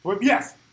Yes